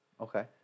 Okay